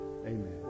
amen